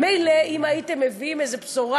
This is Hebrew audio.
מילא אם הייתם מביאים איזה בשורה.